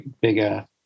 bigger